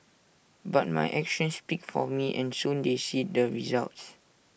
but my actions speak for me and soon they see the results